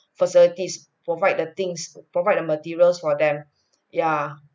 facilities provide the things provide the materials for them yeah